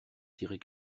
tirer